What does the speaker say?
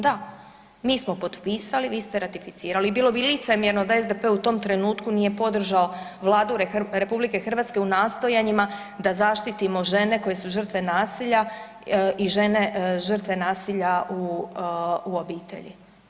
Da, mi smo potpisali, vi ste ratificirali i bilo bi licemjerno da SDP u tom trenutku nije podržao Vladu RH u nastojanjima da zaštitimo žene koje su žrtve nasilja i žene žrtve nasilja u, u obitelji.